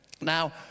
Now